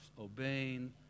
obeying